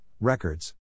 records